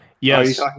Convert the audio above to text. Yes